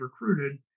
recruited